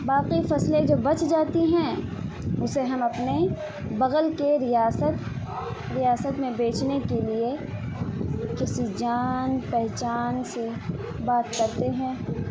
باقی فصلیں جو بچ جاتی ہیں اسے ہم اپنے بغل کے ریاست ریاست میں بیچنے کے لیے کسی جان پہچان سے بات کرتے ہیں